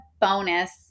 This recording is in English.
bonus